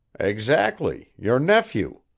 exactly your nephew.